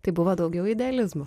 tai buvo daugiau idealizmo